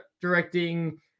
directing